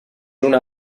una